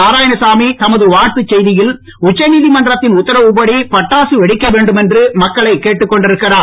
நாராயணசாமி தமது வாழ்த்துச் செய்தியில் உச்ச நீதிமன்றத்தின் உத்தரவுப்படி பட்டாசு வெடிக்க வேண்டும் என்று மக்களை கேட்டுக் கொண்டிருக்கிறார்